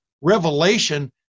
revelation